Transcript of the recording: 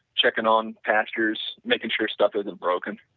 checking on pastures, making sure stuff isn't broken,